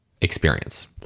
experience